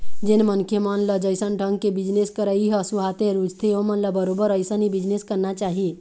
जेन मनखे मन ल जइसन ढंग के बिजनेस करई ह सुहाथे, रुचथे ओमन ल बरोबर अइसन ही बिजनेस करना चाही